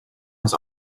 has